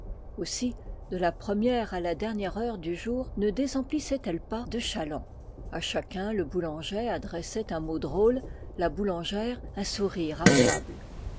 aussi de la première à la dernière heure du jour ne désemplissait elle pas de chalands a chacun le boulanger adressait un mot drôle la boulangère un sourire affable